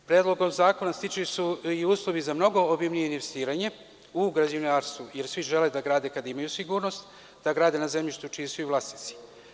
Predlogom zakona stiču se i uslovi za mnogo obimnije investiranje u građevinarstvu, jer svi žele da grade kada imaju sigurnost, da grade na zemljištu čiji su i vlasnici.